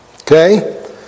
Okay